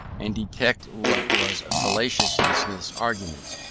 and detect what was fallacious in smith's arguments,